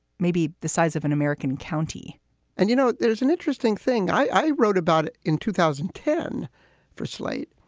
maybe the size of an american county and you know, there is an interesting thing i wrote about in two thousand and ten for slate,